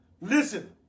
Listen